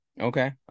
Okay